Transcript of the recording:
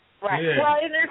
Right